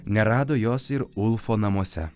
nerado jos ir ulfo namuose